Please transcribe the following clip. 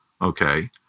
Okay